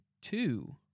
two